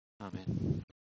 Amen